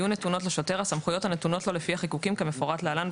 יהיו נתונות לשוטר הסמכויות הנתונות לו לפי החיקוקים כמפורט להלן,